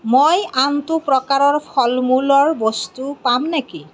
মই আনটো প্ৰকাৰৰ ফলমূলৰ বস্তু পাম নেকি